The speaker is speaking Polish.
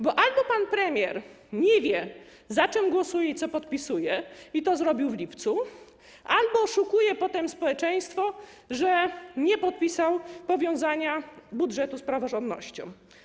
Bo albo pan premier nie wie, za czym głosuje i co podpisuje, i to zrobił w lipcu, albo oszukuje potem społeczeństwo, że nie podpisał powiązania budżetu z praworządnością.